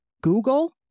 Google